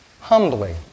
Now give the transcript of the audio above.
humbly